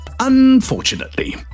Unfortunately